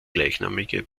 gleichnamige